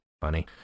funny